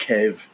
Kev